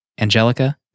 Angelica